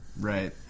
Right